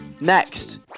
Next